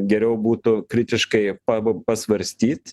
geriau būtų kritiškai pa pasvarstyt